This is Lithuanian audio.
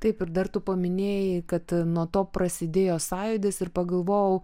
taip ir dar tu paminėjai kad nuo to prasidėjo sąjūdis ir pagalvojau